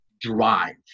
drive